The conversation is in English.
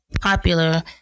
popular